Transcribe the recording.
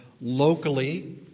locally